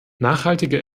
nachhaltiger